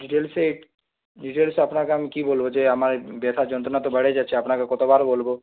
ডিটেলসে ডিটেলসে আপনাকে আমি কি বলবো যে আমার ব্যথা যন্ত্রণা তো বেড়েই যাচ্ছে আপনাকে কতবার বলবো